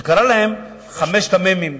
שהוא קרא להם "חמשת המ"מים".